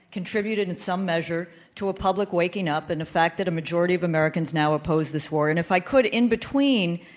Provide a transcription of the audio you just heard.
contributed in some measure to a public waking up and the fact that a majority of americans now oppose this war, and if i could, in between,